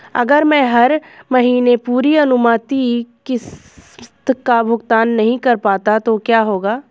अगर मैं हर महीने पूरी अनुमानित किश्त का भुगतान नहीं कर पाता तो क्या होगा?